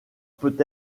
peut